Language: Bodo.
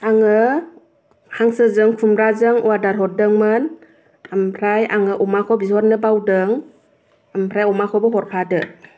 आङो हांसोजों खुम्राजों अर्दार हरदोंमोन ओमफ्राय आङो अमाखौ बिहरनो बावदों ओमफ्राय अमाखौबो हरफादो